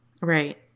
Right